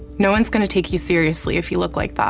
no one's gonna take you seriously if you look like that,